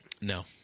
No